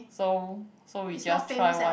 so so we just try one